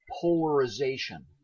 polarization